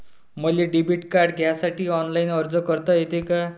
मले debit card घ्यासाठी online अर्ज करता येते का?